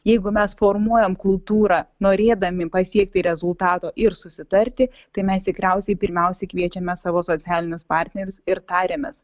jeigu mes formuojam kultūrą norėdami pasiekti rezultato ir susitarti tai mes tikriausiai pirmiausiai kviečiame savo socialinius partnerius ir tariamės